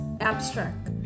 abstract